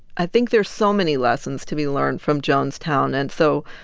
i think there are so many lessons to be learned from jonestown. and so,